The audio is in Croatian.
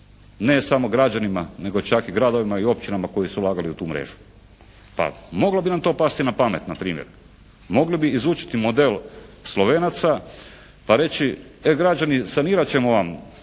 ne samo građanima, nego čak i gradovima i općinama koji su ulagali u tu mrežu. Pa, moglo bi nam to pasti na pamet na primjer. Mogli bi izučiti model Slovenaca pa reći, e građani sanirat ćemo vam